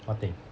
what thing